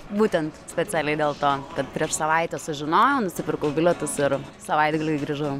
būtent specialiai dėl to kad prieš savaitę sužinojau nusipirkau bilietus ir savaitgaliui grįžau